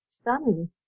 stunning